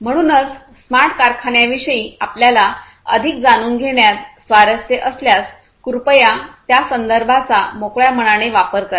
म्हणूनच स्मार्ट कारखान्यांविषयी आपल्याला अधिक जाणून घेण्यात स्वारस्य असल्यास कृपया त्या संदर्भाचा मोकळ्या मनाने वापर वापर करा